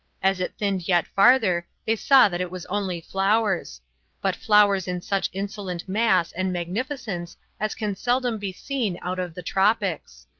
as it thinned yet farther they saw that it was only flowers but flowers in such insolent mass and magnificence as can seldom be seen out of the tropics.